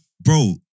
bro